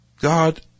God